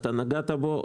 אתה נגעת בו.